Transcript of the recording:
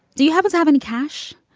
do you happen to have any cash?